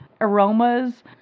aromas